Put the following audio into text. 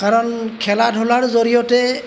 কাৰণ খেলা ধূলাৰ জৰিয়তে